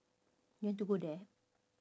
you want to go there